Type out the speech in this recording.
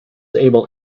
able